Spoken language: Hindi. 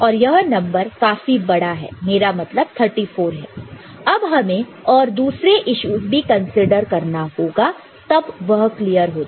और यह नंबर काफी बड़ा है मेरा मतलब 34 है अब हमें और दूसरे इश्यूज भी कंसीडर करना होगा तब वह क्लियर हो जाएगा